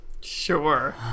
Sure